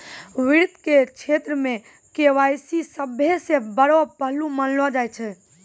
वित्त के क्षेत्र मे के.वाई.सी सभ्भे से बड़ो पहलू मानलो जाय छै